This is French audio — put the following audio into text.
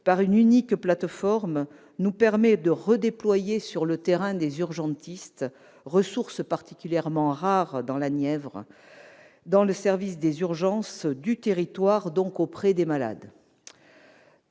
travers d'une plateforme unique nous permet de redéployer sur le terrain les urgentistes, ressource particulièrement rare dans la Nièvre, dans les services des urgences du territoire, donc auprès des malades.